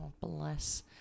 bless